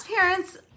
parents